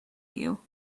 you